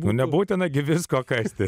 nebūtina gi visko kasti